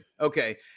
Okay